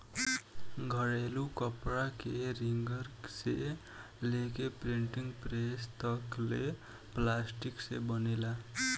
घरेलू कपड़ा के रिंगर से लेके प्रिंटिंग प्रेस तक ले प्लास्टिक से बनेला